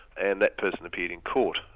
and that person appeared in court,